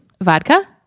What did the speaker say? vodka